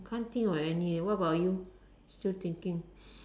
can't think of any leh what about you still thinking